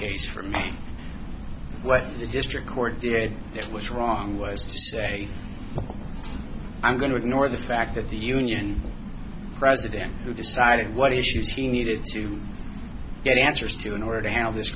case for me whether the district court did it was wrong was to say i'm going to ignore the fact that the union president who decided what issues he needed to get answers to in order to have this